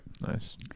Nice